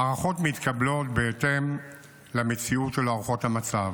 הערכות מתקבלות בהתאם למציאות של הערכות המצב.